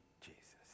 Jesus